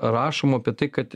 rašoma apie tai kad